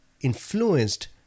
influenced